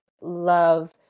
love